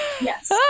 yes